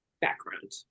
background